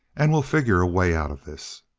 and we'll figure a way out of this.